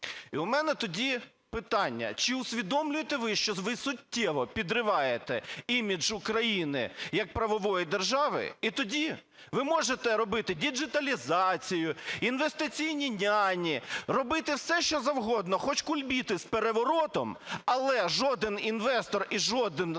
І у мене тоді питання: чи усвідомлюєте ви, що ви суттєво підриваєте імідж України як правової держави? І тоді ви можете робити діджиталізацію, "інвестиційні няні", робити все, що завгодно, хоч кульбіти з переворотом, але жоден інвестор і жоден нормальний